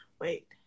wait